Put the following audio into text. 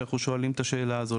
שואלים את השאלה הזו,